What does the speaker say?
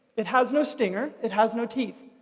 it has no stinger it has no teeth.